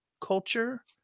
culture